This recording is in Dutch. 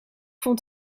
vond